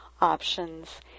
options